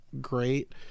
great